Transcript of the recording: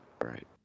Right